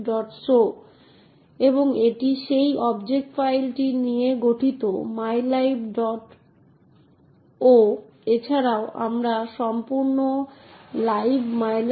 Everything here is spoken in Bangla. দ্বিতীয়ত এটি নিশ্চিত করতে কৌশল এবং নীতি থাকা উচিত যে একটি অ্যাপ্লিকেশন একটি অর্ডার অ্যাপ্লিকেশনের সাথে হস্তক্ষেপ করতে পারে না